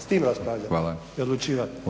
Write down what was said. s tim raspolagati i odlučivati.